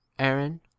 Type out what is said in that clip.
Aaron